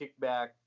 kickback